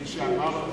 מי שאמר לך,